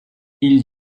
ils